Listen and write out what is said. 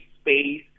space